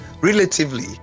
relatively